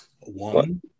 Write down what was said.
One